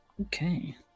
okay